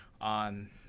on